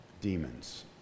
demons